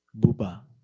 bouba,